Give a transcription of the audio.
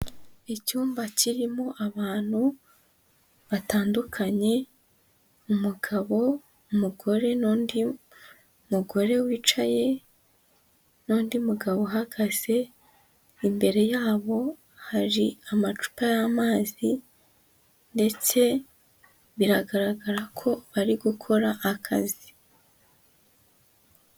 Icyumba kirimo abantu batandukanye umugabo, umugore n'undi mugore wicaye n'undi mugabo uhagaze, imbere yabo hari amacupa y'amazi ndetse biragaragarako bari gukora akazi.